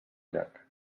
llac